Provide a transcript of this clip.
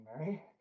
Mary